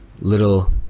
little